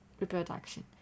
reproduction